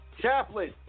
Chaplain